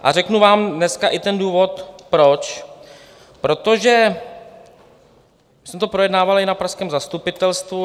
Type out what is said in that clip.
A řeknu vám dnes i ten důvod proč protože jsme to projednávali na pražském zastupitelstvu.